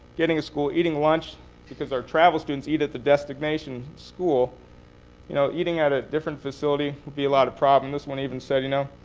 getting to school, eating lunch because our travel students eat at the destination school you know eating at a different facility would be a lot of problem. this one even said, you know,